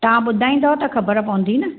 तव्हां ॿुधाईंदव त ख़बरु पवंदी न